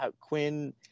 Quinn